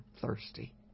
thirsty